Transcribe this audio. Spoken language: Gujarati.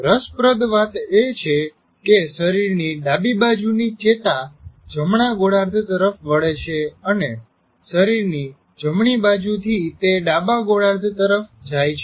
રસપ્રદ વાત એ છે કે શરીરની ડાબી બાજુની ચેતા જમણા ગોળાર્ધ તરફ વળે છે અને શરીરની જમણી બાજુથી તે ડાબા ગોળાર્ધ તરફ જાય છે